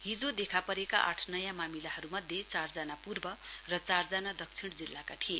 हिजो देखा परेक आठ नयाँ मामिलाहरूमध्ये चारजना पूर्व र चारजना दक्षिण जिल्लाका थिए